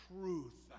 truth